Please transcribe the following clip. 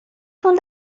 تون